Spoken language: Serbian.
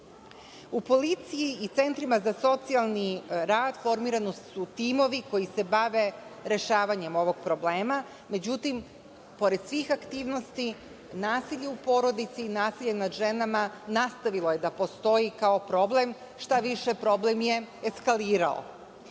policiji i centrima za socijalni rad formirani su timovi koji se bave rešavanjem ovog problema, međutim, pored svih aktivnosti, nasilje u porodici i nasilje nad ženama nastavilo je da postoji kao problem, šta više problem je eskalirao.